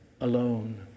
alone